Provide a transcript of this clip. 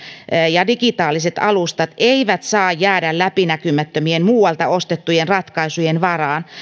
ja digitaaliset alustat eivät saa jäädä läpinäkymättömien muualta ostettujen ratkaisujen varaan